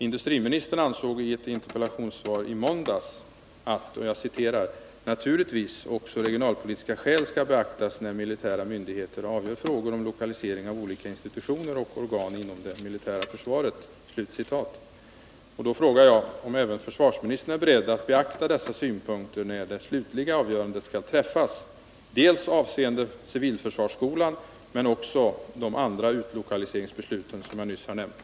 Industriministern ansåg i en interpellationsdebatt i måndags att ”naturligtvis också regionalpolitiska skäl skall beaktas när militära myndigheter avgör frågor om lokalisering av olika institutioner och organ inom det militära försvaret”. Jag frågar därför om även försvarsministern är beredd att beakta dessa synpunkter när det slutliga avgörandet skall träffas, dels avseende civilförsvarsskolan, dels de andra omlokaliseringsbeslut som jag nyss har nämnt?